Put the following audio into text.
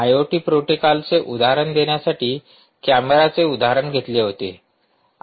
IoT प्रोटोकॉलचे उदाहरण देण्यासाठी कॅमेराचे उदाहरण घेतले होते